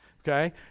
Okay